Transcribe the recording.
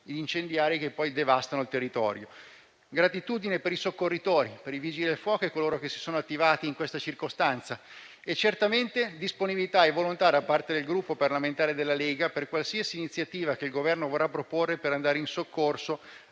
atti incendiari che poi devastano il territorio. Esprimo altresì gratitudine per i soccorritori, per i Vigili del fuoco e coloro che si sono attivati in questa circostanza. Vi è certamente disponibilità e volontà da parte del Gruppo parlamentare della Lega per qualsiasi iniziativa che il Governo vorrà proporre per andare in soccorso,